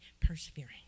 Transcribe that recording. persevering